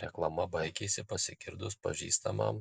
reklama baigėsi pasigirdus pažįstamam